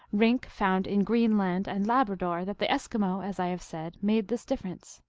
rink found in greenland and labrador that the eskimo, as i have said, made this difference.